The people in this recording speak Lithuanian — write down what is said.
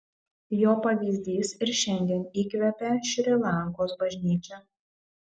jo pavyzdys ir šiandien įkvepia šri lankos bažnyčią